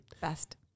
Best